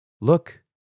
look